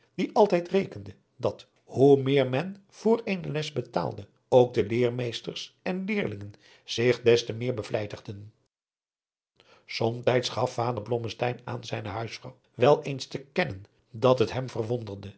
die altijd rekende dat hoe meer men voor eene les betaalde ook de leermeesters en leerlingen zich des te meer bevlijtigden somtijds adriaan loosjes pzn het leven van johannes wouter blommesteyn gaf vader blommesteyn aan zijne huisvrouw wel eens te kennen dat het hem verwonderde